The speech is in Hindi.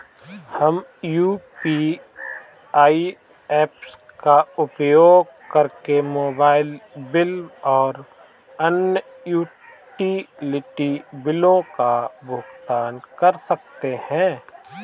हम यू.पी.आई ऐप्स का उपयोग करके मोबाइल बिल और अन्य यूटिलिटी बिलों का भुगतान कर सकते हैं